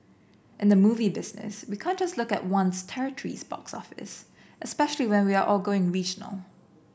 in the movie business we can't just look at one territory's box office especially when we are all going regional